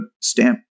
stamp